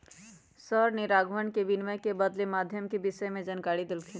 sir ने राघवन के विनिमय के बदलते माध्यम के विषय में जानकारी देल खिन